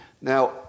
Now